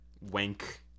wank